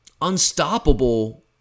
unstoppable